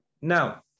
Now